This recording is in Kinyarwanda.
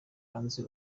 hanze